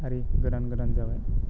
आरि गोदान गोदान जाबाय